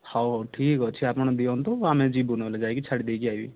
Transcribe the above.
ହଉ ହଉ ଠିକ୍ ଅଛି ଆପଣ ଦିଅନ୍ତୁ ଆମେ ଯିବୁ ନହେଲେ ଯାଇକି ଛାଡି ଦେଇକି ଆସିବି